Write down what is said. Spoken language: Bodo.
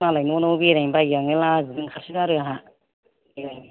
मालायनि न' न' बेरायनो बायो आं लाजिनो ओंखारसो गारो आंहा